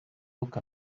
look